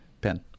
Pen